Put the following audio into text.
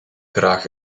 graag